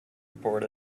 report